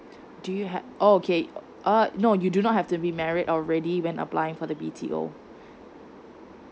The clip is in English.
do you have okay uh no you do not have to remarried already when applying for the B_T_O